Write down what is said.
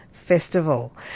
Festival